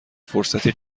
فرصتی